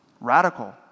Radical